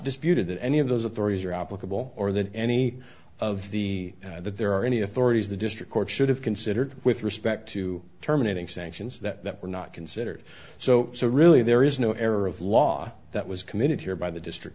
disputed that any of those authorities are applicable or that any of the that there are any authorities the district court should have considered with respect to terminating sanctions that were not considered so so really there is no error of law that was committed here by the district